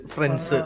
Friends